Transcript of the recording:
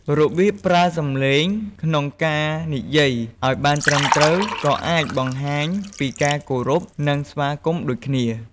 របៀបប្រើសម្លេងក្នុងការនិយាយឱ្យបានត្រឹមត្រូវក៏អាចបង្ហាញពីការគោរព និងស្វាគមន៍ដូចគ្នា។